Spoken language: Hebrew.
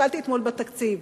הסתכלתי אתמול בתקציב,